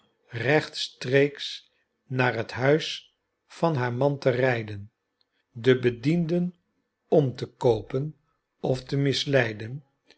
rechtstreeks naar het huis van haar man te rijden de bedienden om te koopen of te misleiden